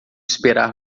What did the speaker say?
esperar